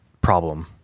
problem